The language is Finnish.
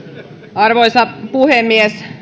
arvoisa puhemies